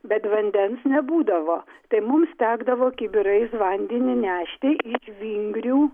bet vandens nebūdavo tai mums tekdavo kibirais vandenį nešti į vingrių